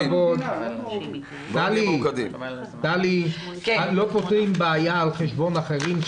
כל הכבוד, לא פותרים בעיה על חשבון אחרים.